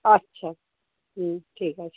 আচ্ছা হুম ঠিক আছে